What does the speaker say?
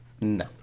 no